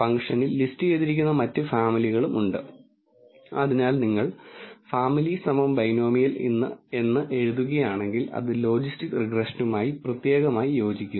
ഫംഗ്ഷനിൽ ലിസ്റ്റുചെയ്തിരിക്കുന്ന മറ്റ് ഫാമിലികളും ഉണ്ട് എന്നാൽ നിങ്ങൾ ഫാമിലി ബൈനോമിയൽ എന്ന് എഴുതുകയാണെങ്കിൽ അത് ലോജിസ്റ്റിക് റിഗ്രഷനുമായി പ്രത്യേകമായി യോജിക്കുന്നു